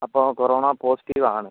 അപ്പോൾ corona positive ആണ്